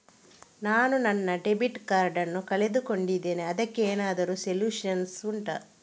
ನಾನು ನನ್ನ debit card ನ್ನು ಕಳ್ಕೊಂಡಿದ್ದೇನೆ ಅದಕ್ಕೇನಾದ್ರೂ ಸೊಲ್ಯೂಷನ್ ಉಂಟಾ